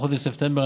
בחודש ספטמבר,